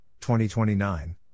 2029